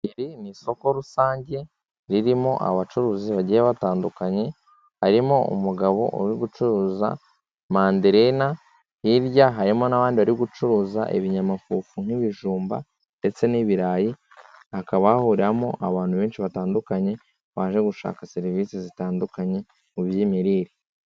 Iri ni isoko rusange ririmo abacuruzi bagiye batandukanye, harimo umugabo uri gucuruza manderena, hirya harimo n'abandi bari gucuruza ibinyamafufu nk'ibijumba ndetse n'ibirayi, hakaba hahuriramo abantu benshi batandukanye baje gushaka serivisi zitandukanye mu by'imirire.